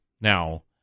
Now